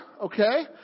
okay